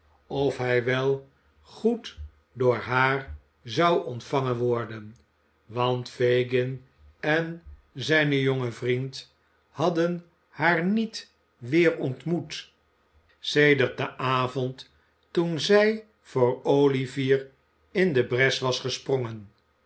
of hij wel goed door haar zou ontvangen worden want fagin en zijn jonge vriend sikes is gereed voor zaken hadden haar niet weer ontmoet sedert den avond toen zij voor olivier in de bres was gesprongen